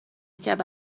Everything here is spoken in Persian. کرد